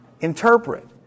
interpret